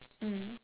mm